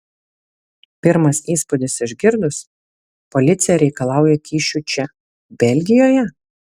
pirmas įspūdis išgirdus policija reikalauja kyšių čia belgijoje